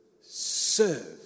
Serve